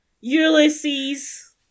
Ulysses